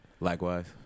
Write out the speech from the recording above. Likewise